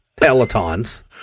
Pelotons